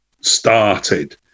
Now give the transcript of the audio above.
started